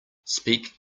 speak